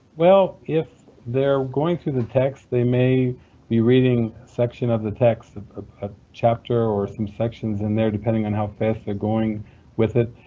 well if they're going through the text, they may be reading sections of the text ah a chapter or some sections in there, depending on how fast they're going with it.